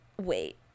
wait